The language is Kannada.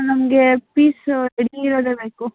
ನಮಗೆ ಪೀಸ್ ರೆಡಿ ಇರೋದೆ ಬೇಕು